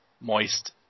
moist